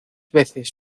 veces